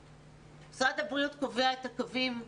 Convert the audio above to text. משרד הבריאות קובע את הקווים,